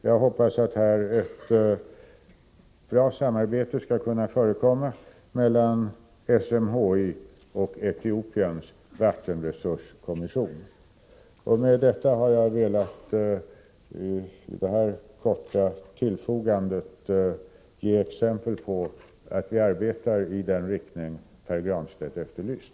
Jag hoppas att här ett bra samarbete skall kunna förekomma mellan SMHI och Etiopiens vattenresurskommission. Med detta korta tillfogande har jag velat ge exempel på att vi arbetar i den riktning Pär Granstedt efterlyst.